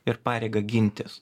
ir pareigą gintis